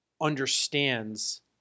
understands